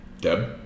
Deb